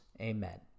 Amen